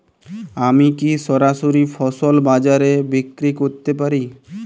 আমি কি সরাসরি ফসল বাজারে বিক্রি করতে পারি?